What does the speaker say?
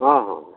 ହଁ ହଁ